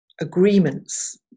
agreements